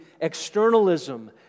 externalism